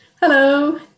Hello